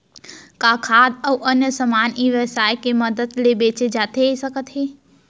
का खाद्य अऊ अन्य समान ई व्यवसाय के मदद ले बेचे जाथे सकथे?